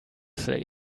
say